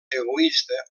egoista